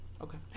Okay